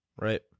Right